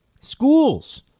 Schools